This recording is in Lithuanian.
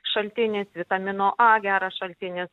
šaltinis vitamino a geras šaltinis